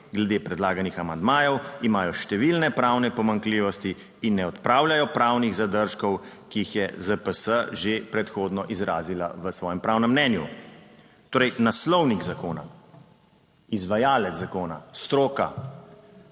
Glede predlaganih amandmajev imajo številne pravne pomanjkljivosti in ne odpravljajo pravnih zadržkov, ki jih je ZPS že predhodno izrazila v svojem pravnem mnenju." Torej, naslovnik zakona, izvajalec zakona, stroka,